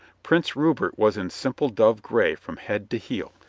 prince rupert was in simple dove gray from head to heel,